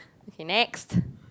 okay next